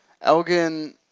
Elgin